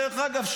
דרך אגב,